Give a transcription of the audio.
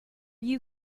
you